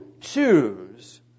choose